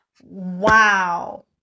Wow